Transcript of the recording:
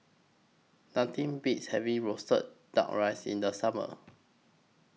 Nothing Beats having Roasted Duck Rice in The Summer